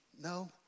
No